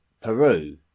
Peru